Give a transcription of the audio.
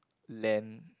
land